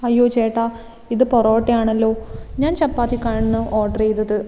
അയ്യോ ചേട്ടാ ഇത് പൊറോട്ടയാണല്ലോ ഞാൻ ചപ്പാത്തിക്കായിരുന്നു ഓർഡർ ചെയ്തത്